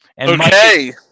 Okay